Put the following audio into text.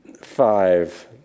five